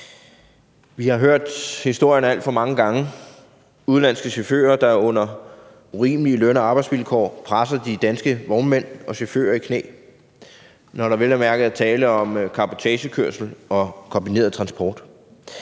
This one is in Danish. Vi har hørt historien alt for mange gange. Udenlandske chauffører, der under urimelige løn- og arbejdsvilkår presser de danske vognmænd og chauffører i knæ, når der vel at mærke er tale om cabotagekørsel og kombineret transport.